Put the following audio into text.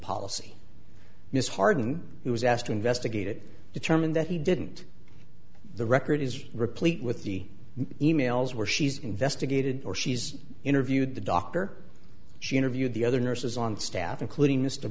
policy miss harden who was asked to investigate it determine that he didn't the record is replete with the e mails where she's investigated or she's interviewed the doctor she interviewed the other nurses on staff including m